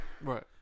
Right